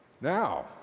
Now